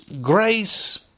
grace